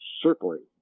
circling